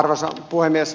arvoisa puhemies